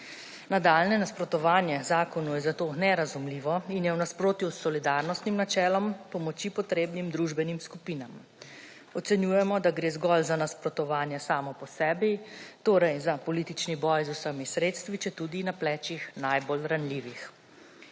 Nadaljnje nasprotovanje zakonu je zato nerazumljivo in je v nasprotju s solidarnostnim načelom pomoči potrebnim družbenim skupinam. Ocenjujemo, da gre zgolj za nasprotovanje samo po sebi, torej za politični boj z vsemi sredstvi, četudi na plečih najbolj ranljivih.